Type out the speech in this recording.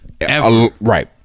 right